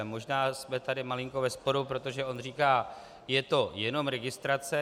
Možná jsme tady malinko ve sporu, protože on tady říká: je to jenom registrace.